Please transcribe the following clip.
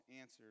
answer